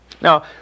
Now